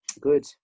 Good